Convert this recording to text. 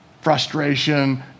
frustration